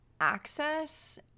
access